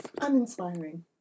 uninspiring